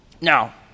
Now